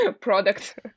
product